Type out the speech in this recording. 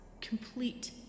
Complete